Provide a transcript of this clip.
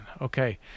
okay